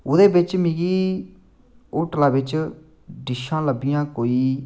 ओह्दे बिच्च मिगी होटला बिच्च डिशां लभियां कोई